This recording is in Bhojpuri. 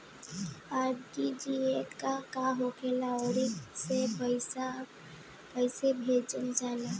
आर.टी.जी.एस का होला आउरओ से पईसा कइसे भेजल जला?